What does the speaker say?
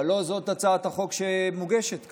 אבל לא זאת הצעת החוק שמוגשת כאן.